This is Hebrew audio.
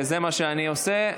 וזה מה שאני עושה.